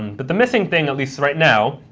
but the missing thing, at least right now,